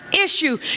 issue